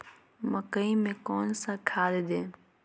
मकई में कौन सा खाद दे?